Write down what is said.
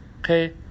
Okay